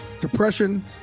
Depression